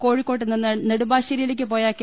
കോഴിക്കോ ട്ട്നിന്ന് നെടുമ്പാശ്ശേരിയിലേക്കുപോയ കെ